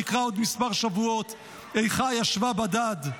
שנקרא בעוד מספר שבועות: "איכה ישבה בדד".